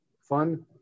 fun